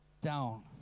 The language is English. down